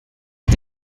hat